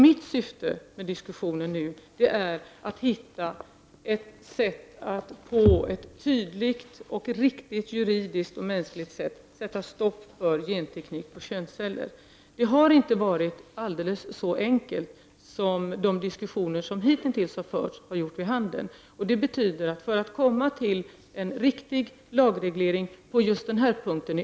Mitt syfte med diskussionen nu är att hitta ett sätt att tydligt, juridiskt riktigt och mänskligt sätta stopp för genteknik på könsceller. Det har inte varit så alldeles enkelt som de diskussioner som förts hitintills har gett vid handen. Det betyder att det har varit svårt att komma fram till en riktig lagreglering på just den här punkten.